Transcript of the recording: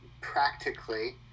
practically